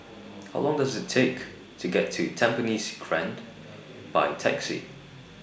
How Long Does IT Take to get to Tampines Grande By Taxi